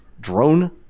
drone